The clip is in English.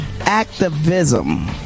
activism